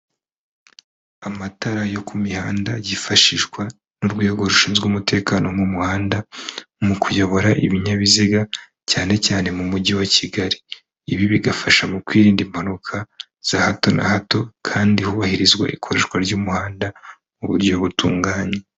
Amatara yo ku mihanda yifashishwa n'urwego rushinzwe umutekano, mu muhanda mu kuyobora ibinyabiziga cyane cyane mu Mujyi wa Kigali, ibi bigafasha mu kwirinda impanuka za hato na hato kandi hubahirizwa ikoreshwa ry'umuhanda mu buryo butunganye.